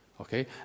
okay